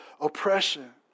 oppression